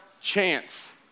chance